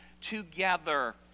together